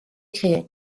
créé